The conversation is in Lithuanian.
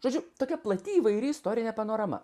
žodžiu tokia plati įvairi istorinė panorama